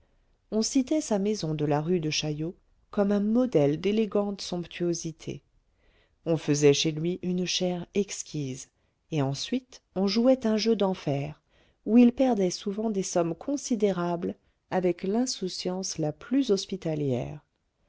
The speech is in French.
on citait sa maison de la rue de chaillot comme un modèle d'élégante somptuosité on faisait chez lui une chère exquise et ensuite on jouait un jeu d'enfer où il perdait souvent des sommes considérables avec l'insouciance la plus hospitalière